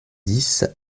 dix